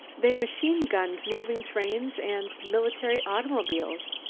they machine-gunned moving trains and military automobiles.